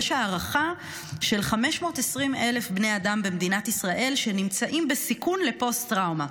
יש הערכה ש-520,000 בני האדם במדינת ישראל נמצאים בסיכון לפוסט- טראומה.